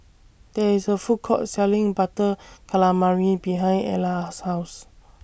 There IS A Food Court Selling Butter Calamari behind Ella's House